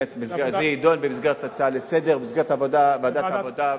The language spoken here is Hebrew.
וזה יידון במסגרת הצעה לסדר-היום בוועדת העבודה והרווחה.